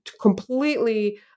completely